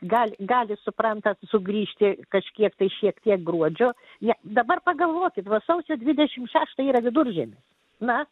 gal gali suprantat sugrįžti kažkiek tai šiek tiek gruodžio jie dabar pagalvokit va sausio dvidešimt šeštą yra viduržemis na